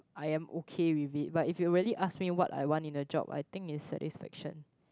I am okay with you but if you really ask me what I want in the job I think is satisfaction